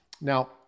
Now